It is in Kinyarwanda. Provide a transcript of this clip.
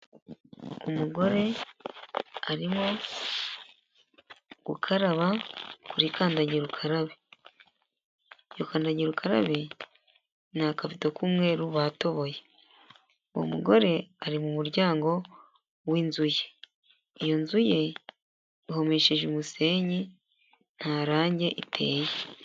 Umugore arimo gukaraba kuri kandagira ukarabe iyo kandagira ukarabe ni akabido k'umweru batoboye uwo mugore ari mu muryango w'inzu ye iyo nzu ye ihomesheje umusenyi ntarange iteye.